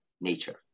nature